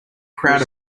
crowd